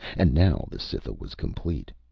and now the cytha was complete.